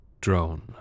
drone